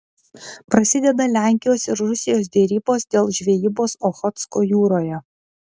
prasideda lenkijos ir rusijos derybos dėl žvejybos ochotsko jūroje